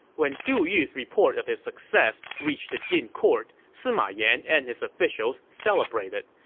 when du yu's report of his success reached the jin court, sima yan and his officials celebrated.